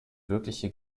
wirkliche